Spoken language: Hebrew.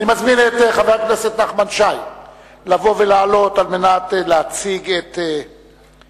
אני מזמין את חבר הכנסת נחמן שי לבוא ולעלות להציג את הנימוקים,